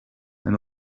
and